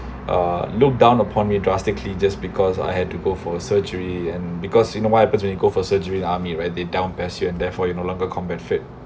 uh look down upon me drastically just because I had to go for surgery and because you know what happens when you go for surgery the army right they down pes you and therefore you no longer combat fit